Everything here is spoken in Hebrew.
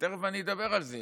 ותכף אני אדבר על זה